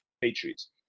Patriots